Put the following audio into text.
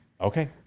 Okay